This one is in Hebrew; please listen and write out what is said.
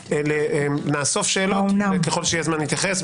נאסוף שאלות וככל שיהיה זמן נתייחס.